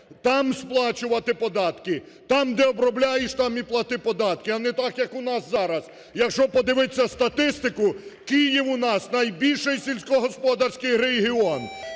Там сплачувати податки, там, де обробляєш там і плати податки, а не так як у нас зараз, якщо подивитися статистику Київ у нас найбільший сільськогосподарський регіон.